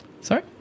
Sorry